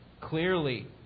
clearly